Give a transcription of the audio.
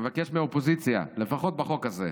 ומבקש מהאופוזיציה, לפחות בחוק הזה: